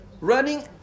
Running